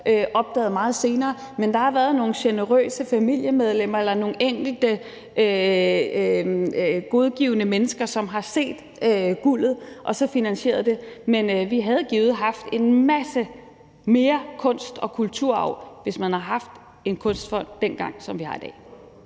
opdaget meget senere. Men der har været nogle generøse familiemedlemmer eller nogle enkelte godgørende mennesker, som har set guldet og så finansieret det. Vi havde givet haft meget mere kunst- og kulturarv, hvis man havde haft en kunstfond dengang, som vi har i dag.